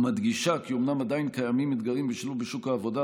ומדגישה כי אומנם עדיין קיימים אתגרים בשילוב בשוק העבודה,